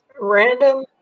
random